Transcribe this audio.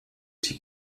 die